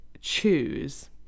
choose